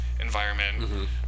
environment